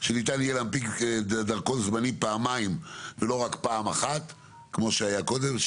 שניתן יהיה להנפיק דרכון זמני פעמיים ולא רק פעם אחת כמו שהיה קודם.